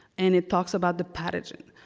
and it talks about the pathogen.